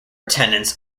tenants